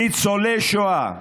ניצולי שואה,